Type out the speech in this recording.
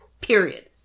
Period